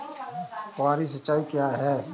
फुहारी सिंचाई क्या है?